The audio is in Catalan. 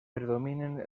predominen